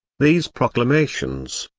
these proclamations,